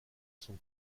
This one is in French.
son